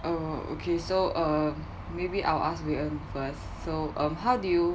oh okay so uh maybe I'll ask wei ern first so um how do you